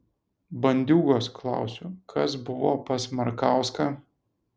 bandiūgos klausiu kas buvo pas markauską